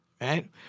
right